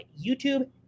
youtube